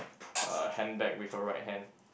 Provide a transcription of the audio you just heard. uh handbag with her right hand